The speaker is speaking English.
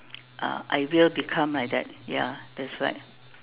uh I will become like that ya that's right